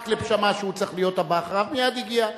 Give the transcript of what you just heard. מקלב שמע שהוא צריך להיות הבא אחריו, ומייד הגיע.